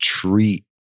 treat